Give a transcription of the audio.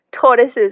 tortoises